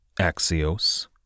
Axios